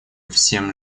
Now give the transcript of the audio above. всем